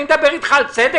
מי בכלל מדבר אתך על צדק?